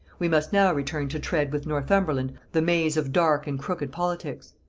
we must now return to tread with northumberland the maze of dark and crooked politics.